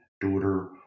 daughter